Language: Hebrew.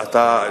לא.